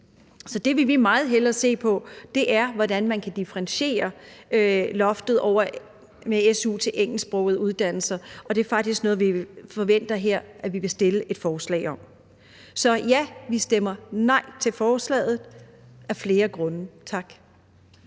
Så det vil vi meget hellere se på, altså hvordan man kan differentiere loftet med su til engelsksprogede uddannelser, og det er faktisk noget, som vi her forventer at vi vil stille et forslag om. Så ja, vi stemmer nej til forslaget af flere grunde. Tak.